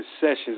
sessions